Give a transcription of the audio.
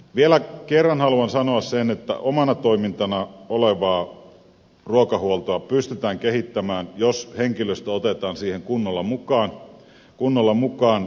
vielä kerran haluan sanoa sen että omana toimintana olevaa ruokahuoltoa pystytään kehittämään jos henkilöstö otetaan siihen kunnolla mukaan